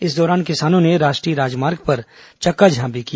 इस दौरान किसानों ने राष्ट्रीय राजमार्ग पर चक्काजाम भी किया